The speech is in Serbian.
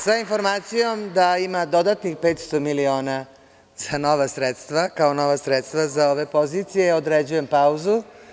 Sa informacijom da ima dodatnih 500.000.000 kao nova sredstva za ove pozicije, određujem pauzu.